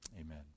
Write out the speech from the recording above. Amen